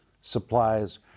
supplies